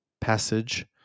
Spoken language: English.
passage